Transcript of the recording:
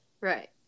Right